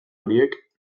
horiek